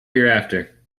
hereafter